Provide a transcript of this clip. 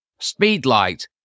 Speedlight